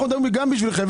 אנחנו מדברים גם בשבילכם.